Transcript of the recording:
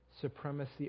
supremacy